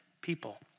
people